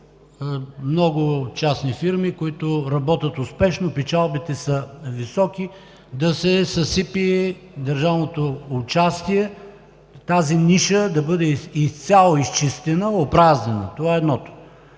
много частни фирми, които работят успешно, печалбите са високи. Целта е да се съсипе държавното участие, тази ниша да бъде изцяло изчистена, опразнена – това е едното.